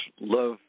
love